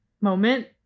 moment